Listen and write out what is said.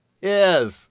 Yes